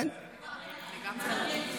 אני פה.